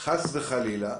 חס וחלילה,